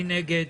מי נגד?